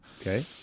Okay